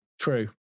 True